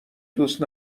دوست